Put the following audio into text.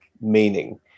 meaning